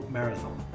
Marathon